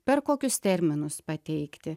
per kokius terminus pateikti